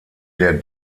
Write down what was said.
der